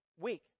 week